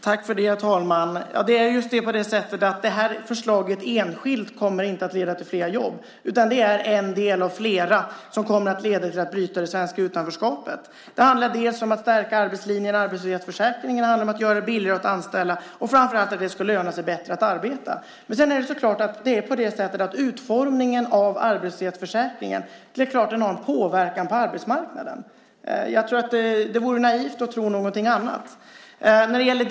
Herr talman! Det här förslaget kommer inte enskilt att leda till flera jobb, utan det är ett förslag av flera som kommer att leda till att bryta det svenska utanförskapet. Det handlar om att stärka arbetslinjen och arbetslöshetsförsäkringen, om att göra det billigare att anställa och framför allt om att det ska löna sig bättre att arbeta. Men det är klart att utformningen av arbetslöshetsförsäkringen har en påverkan på arbetsmarknaden. Det vore naivt att tro någonting annat.